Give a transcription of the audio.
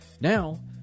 now